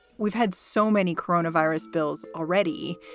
we've had so many coronavirus bills already,